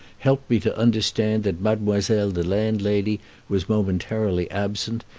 helped me to understand that mademoiselle the landlady was momentarily absent,